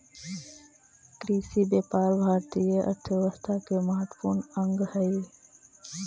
कृषिव्यापार भारतीय अर्थव्यवस्था के महत्त्वपूर्ण अंग हइ